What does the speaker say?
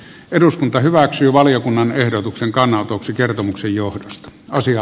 eduskunta hyväksyy valiokunnan ehdotuksen kannanotoksi kertomuksen johdosta asia